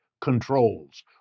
controls